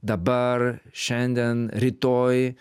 dabar šiandien rytoj